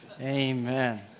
Amen